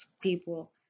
people